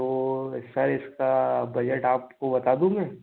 तो सर इसका बजट आपको बता दूँ मैं